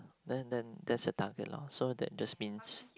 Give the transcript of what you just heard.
then then that's the target lor so that just means